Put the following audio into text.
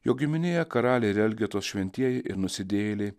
jo giminėje karaliai ir elgetos šventieji ir nusidėjėliai